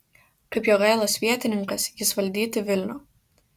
kaip jogailos vietininkas jis valdyti vilnių